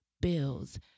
Bills